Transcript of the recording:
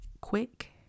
quick